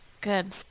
good